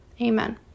Amen